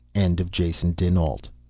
end of jason dinalt.